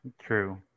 true